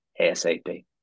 ASAP